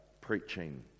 preaching